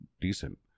decent